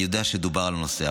אני יודע שדובר על הנושא,